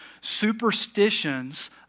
superstitions